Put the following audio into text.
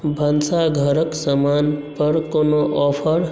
भनसाघरक समान पर कोनो ऑफर